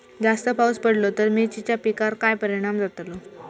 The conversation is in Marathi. जास्त पाऊस पडलो तर मिरचीच्या पिकार काय परणाम जतालो?